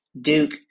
Duke